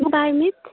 bio net